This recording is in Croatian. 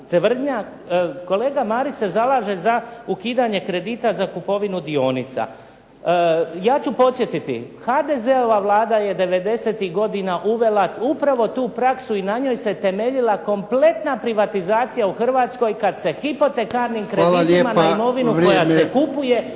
tvrdnja, kolega Marić se zalaže za ukidanje kredita za kupovinu dionica. Ja ću podsjetiti, HDZ-ova Vlada je '90.-tih godina uvela upravo tu praksu i na njoj se temeljila kompletna privatizacija u Hrvatskoj kad se hipotekarnim kreditima… **Jarnjak,